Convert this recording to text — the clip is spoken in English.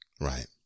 Right